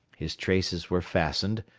his traces were fastened,